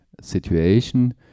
situation